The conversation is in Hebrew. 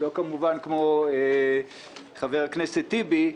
לא כמובן כמו חבר הכנסת טיבי,